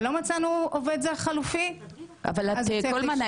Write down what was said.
אבל לא מצאנו עובד זר חלופי --- אבל קולמן,